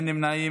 אין נמנעים.